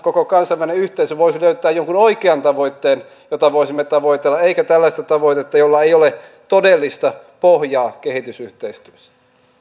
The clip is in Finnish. koko kansainvälinen yhteisö voisi löytää jonkun oikean tavoitteen jota voisimme tavoitella eikä tällaista tavoitetta jolla ei ole todellista pohjaa kehitysyhteistyössä